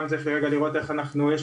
צריך רגע לראות איך אנחנו פותרים את זה.